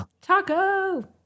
Taco